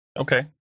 Okay